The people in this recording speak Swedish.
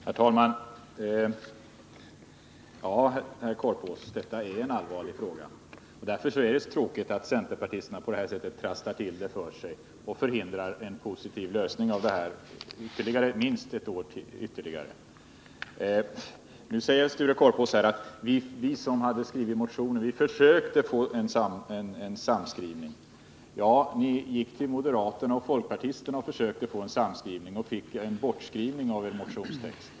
Herr talman! Ja, detta är en allvarlig fråga, herr Korpås. Därför är det så tråkigt att centerpartisterna på det här sättet trasslar till det för sig och förhindrar en positiv lösning av frågan minst ett år ytterligare. Nu säger Sture Korpås att de som hade skrivit motionen försökte få en sammanskrivning. Ja, ni gick till moderaterna och folkpartisterna och försökte få en sammanskrivning — och fick en bortskrivning av er motionstext.